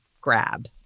grab